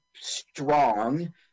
strong